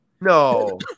No